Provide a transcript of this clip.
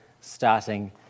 starting